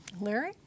Larry